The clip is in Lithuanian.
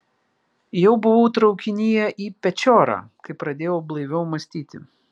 jau buvau traukinyje į pečiorą kai pradėjau blaiviau mąstyti